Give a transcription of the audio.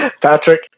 Patrick